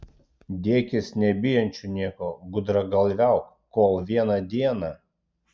dėkis nebijančiu nieko gudragalviauk kol vieną dieną